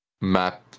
map